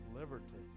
liberty